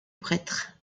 prêtre